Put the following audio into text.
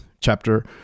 Chapter